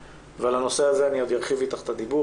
אבל על הנושא הזה אני עוד ארחיב איתך את הדיבור